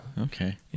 Okay